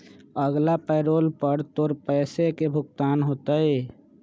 अगला पैरोल पर तोर पैसे के भुगतान होतय